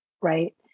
right